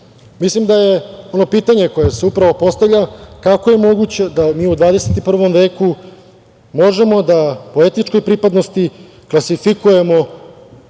Mislim da je pitanje koje se upravo postavlja - kako je moguće da mi u 21. veku možemo da po etničkoj pripadnosti klasifikujemo